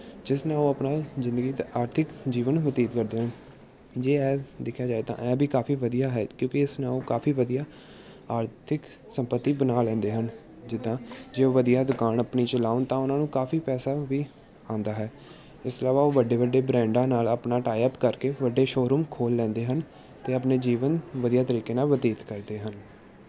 ਜਿਸ ਨਾਲ ਉਹ ਆਪਣਾ ਜ਼ਿੰਦਗੀ ਦਾ ਆਰਥਿਕ ਜੀਵਨ ਬਤੀਤ ਕਰਦੇ ਹਨ ਜੇ ਐ ਦੇਖਿਆ ਜਾਏ ਤਾਂ ਐ ਵੀ ਕਾਫੀ ਵਧੀਆ ਹੈ ਕਿਉਂਕਿ ਇਸ ਨੂੰ ਕਾਫੀ ਵਧੀਆ ਆਰਥਿਕ ਸੰਪਤੀ ਬਣਾ ਲੈਂਦੇ ਹਨ ਜਿੱਦਾਂ ਜੇ ਉਹ ਵਧੀਆ ਦੁਕਾਨ ਆਪਣੀ ਚਲਾਉਣ ਤਾਂ ਉਹਨਾਂ ਨੂੰ ਕਾਫੀ ਪੈਸਾ ਵੀ ਆਉਂਦਾ ਹੈ ਇਸ ਤੋਂ ਇਲਾਵਾ ਉਹ ਵੱਡੇ ਵੱਡੇ ਬ੍ਰਾਂਡਾ ਨਾਲ ਆਪਣਾ ਟਾਏ ਅਪ ਕਰਕੇ ਵੱਡੇ ਸ਼ੋਰੂਮ ਖੋਲ੍ਹ ਲੈਂਦੇ ਹਨ ਅਤੇ ਆਪਣੇ ਜੀਵਨ ਵਧੀਆ ਤਰੀਕੇ ਨਾਲ ਬਤੀਤ ਕਰਦੇ ਹਨ